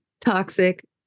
toxic